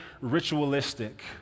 ritualistic